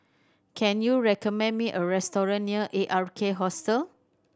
can you recommend me a restaurant near A R K Hostel